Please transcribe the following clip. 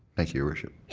thank you, your worship.